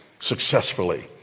successfully